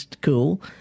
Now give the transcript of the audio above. cool